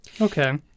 Okay